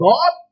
God